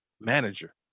Manager